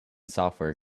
software